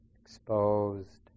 exposed